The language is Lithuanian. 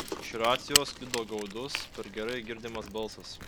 iš racijos sklido gaudus per gerai girdimas balsas